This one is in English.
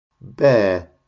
bear